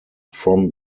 from